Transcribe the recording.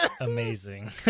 amazing